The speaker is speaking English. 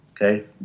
Okay